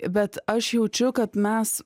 bet aš jaučiu kad mes